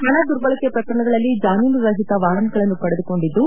ಹಣ ದುರ್ಬಳಕೆ ಪ್ರಕರಣಗಳಲ್ಲಿ ಜಾಮೀನು ರಹಿತ ವಾರೆಂಟ್ಗಳನ್ನು ಪಡೆದುಕೊಂಡಿದ್ದು